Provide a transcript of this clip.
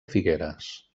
figueres